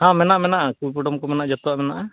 ᱦᱮᱸ ᱢᱮᱱᱟᱜᱼᱟ ᱢᱮᱱᱟᱜᱼᱟ ᱡᱚᱛᱚᱣᱟᱜ ᱢᱮᱱᱟᱜᱼᱟ